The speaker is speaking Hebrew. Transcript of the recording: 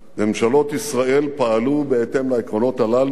ממשלות ישראל פעלו בהתאם לעקרונות הללו,